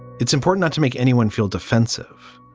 it's important not to make anyone feel defensive,